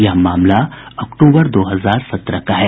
यह मामला अक्टूबर दो हजार सत्रह का है